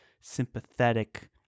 sympathetic